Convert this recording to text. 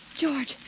George